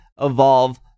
evolve